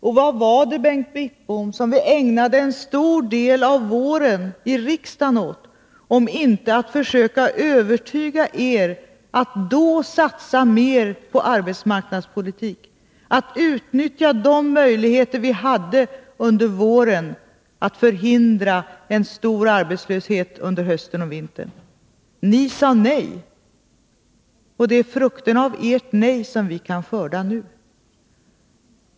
Och vad var det, Bengt Wittbom, som vi ägnade en stor del av våren i riksdagen åt, om inte att försöka övertyga er att då satsa mer på arbetsmarknadspolitik, att utnyttja de möjligheter vi under våren hade att förhindra en stor arbetslöshet under hösten och vintern? Ni sade nej, och det är frukterna av ert nej som vi kan skörda nu.